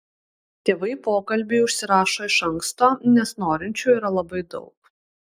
tėvai pokalbiui užsirašo iš anksto nes norinčiųjų yra labai daug